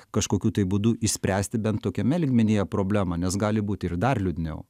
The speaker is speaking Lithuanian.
kažkokiu tai būdu išspręsti bent tokiame lygmenyje problemą nes gali būti ir dar liūdniau